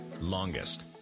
longest